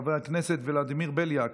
חבר הכנסת גדי איזנקוט,